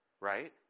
Right